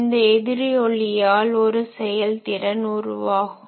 இந்த எதிரொலியால் ஒரு செயல்திறன் உருவாகும்